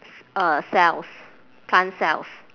c~ uh cells plant cells